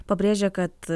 pabrėžė kad